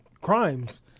crimes